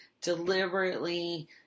deliberately